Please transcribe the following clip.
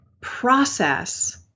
process